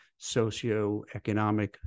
socioeconomic